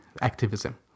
activism